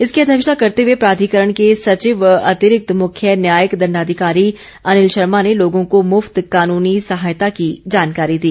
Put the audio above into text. इसकी अध्यक्षता करते हुए प्राधिकरण के सचिव व अतिरिक्त मुख्य न्यायिक दण्डाधिकारी अनिल शर्मा ने लोगों को मुफ्त कानूनी सहायता की जानकारी दी